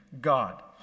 God